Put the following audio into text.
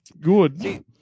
good